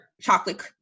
chocolate